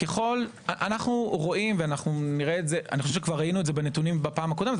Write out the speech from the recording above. אנו רואים וראינו את זה בנתונים בפעם הקודמת,